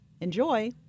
Enjoy